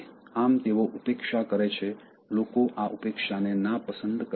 આમ તેઓ ઉપેક્ષા કરે છે લોકો આ ઉપેક્ષાને નાપસંદ કરે છે